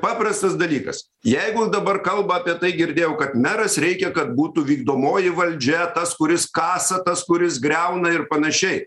paprastas dalykas jeigu dabar kalba apie tai girdėjau kad meras reikia kad būtų vykdomoji valdžia tas kuris kasa tas kuris griauna ir panašiai